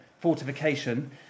fortification